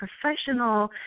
professional